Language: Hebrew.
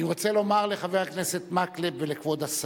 אני רוצה לומר לחבר הכנסת מקלב ולכבוד השר.